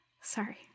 sorry